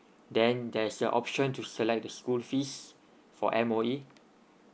then there is an option to select the school fees for M_O_E